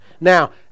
Now